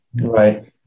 Right